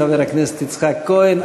חבר הכנסת יצחק כהן,